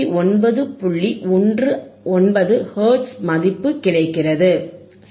19 hertz மதிப்பு கிடைக்கிறது சரி